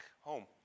home